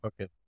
Okay